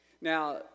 now